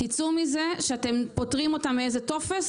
תצאו מזה שאתם פוטרים אותם מאיזה טופס,